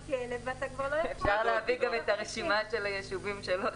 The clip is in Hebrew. אפשר גם להביא את הרשימה ההפוכה,